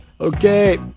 Okay